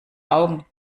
augen